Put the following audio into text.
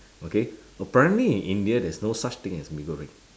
okay apparently in india there's no such thing as mee goreng